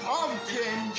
Pumpkin